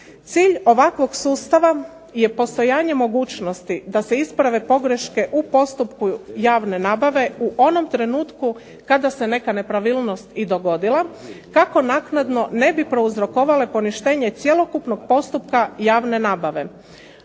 Cilj ovakvog sustava je postojanje mogućnosti da se isprave pogreške u postupku javne nabave u onom trenutku kada se neka nepravilnost i dogodila kako naknadno ne bi prouzrokovale poništenje cjelokupnog postupka javne nabave.